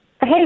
Hey